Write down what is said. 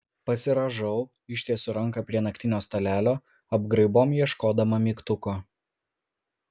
pasirąžau ištiesiu ranką prie naktinio stalelio apgraibom ieškodama mygtuko